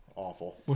awful